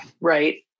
Right